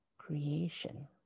creation